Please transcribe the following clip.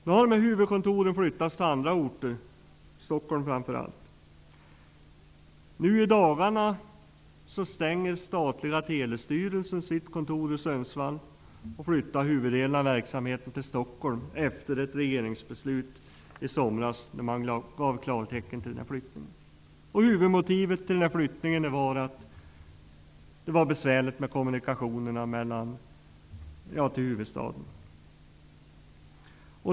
Nu har dessa huvudkontor flyttats till andra orter, framför allt till Nu i dagarna stänger statliga Telestyrelsen sitt kontor i Sundsvall och flyttar huvuddelen av verksamheten till Stockholm på grund av ett regeringsbeslut fattat i somras som gav klartecken till den här flyttningen. Huvudmotivet till flyttningen var de besvärliga kommunikationerna till huvudstaden.